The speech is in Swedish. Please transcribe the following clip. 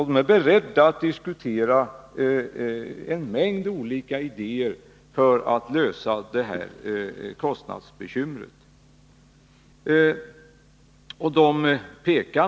De är beredda att diskutera en mängd olika idéer för att lösa kostnadsbekymret.